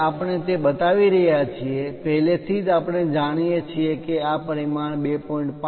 જ્યારે આપણે તે બતાવી રહ્યા છીએ પહેલેથી જ આપણે જાણીએ છીએ કે આ પરિમાણ 2